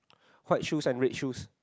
white shoes and red shoes